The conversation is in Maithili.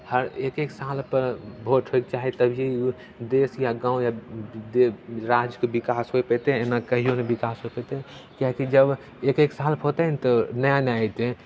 हर एक एक सालपर भोट होयके चाही तभी देश या गाँव या दे राज्यके विकास होइ पयतै एना कहियो नहि विकास हो पयतै किएकि जब एक एक सालपर होतै ने तऽ नया नया अयतै